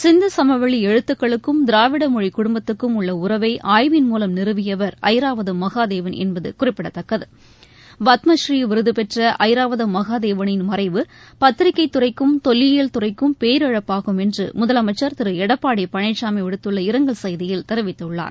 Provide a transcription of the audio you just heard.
சிந்து சமவெளி எழுத்துக்களுக்கும் திராவிட மொழி குடும்பத்துக்கும் உள்ள உறவை ஆய்வின் மூலம் நிறுவியவர் ஐராவதம் மகாதேவன் என்பது குறிப்பிடத்தக்கது பத்ம்ஸ்ரீ விருதுபெற்ற ஐராவதம் மகாதேவனின் மறைவு பத்திரிகைத் துறைக்கும் தொல்லியில் துறைக்கும் பேரிழப்பாகும் என்று முதலமைச்சர் திரு எடப்பாடி பழனிசாமி விடுத்துள்ள இரங்கல் செய்தியில் தெரிவித்துள்ளார்